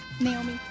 Naomi